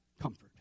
Comfort